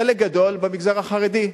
חלק גדול במגזר החרדי,